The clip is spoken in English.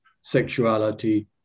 sexuality